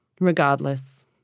Regardless